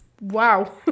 Wow